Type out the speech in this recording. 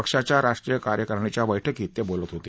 पक्षाच्या राष्ट्रीय कार्यकारिणीच्या बैठकीत ते बोलत होते